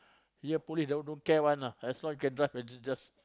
here police all don't care one lah as long I can drive can j~ just